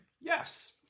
Yes